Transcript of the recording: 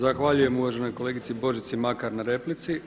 Zahvaljujem uvaženoj kolegici Božici Makar na replici.